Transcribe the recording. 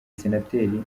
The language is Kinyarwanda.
senateri